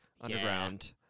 Underground